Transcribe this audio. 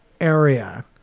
area